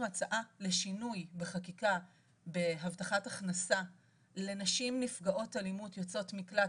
הצעה לשינוי בחקיקה בהבטחת הכנסה לנשים נפגעות אלימות ויוצאות מקלט,